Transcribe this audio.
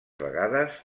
vegades